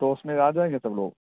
تو اس میں آ جائیں گے سب لوگ